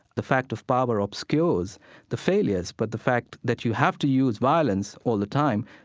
the fact of power obscures the failures, but the fact that you have to use violence all the time,